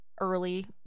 early